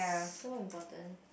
so important